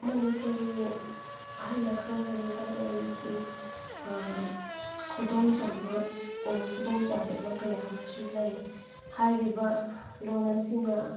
ꯃꯅꯤꯄꯨꯔꯤ ꯍꯥꯏꯅ ꯈꯪꯅꯔꯤꯕ ꯂꯣꯟ ꯑꯁꯤ ꯈꯨꯗꯣꯡꯆꯥꯕ ꯑꯣꯔ ꯈꯨꯗꯣꯡ ꯆꯥꯗꯕꯁꯨ ꯀꯌꯥ ꯑꯃ ꯂꯩ ꯍꯥꯏꯔꯤꯕ ꯂꯣꯟ ꯑꯁꯤꯅ